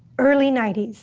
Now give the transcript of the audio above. early ninety s,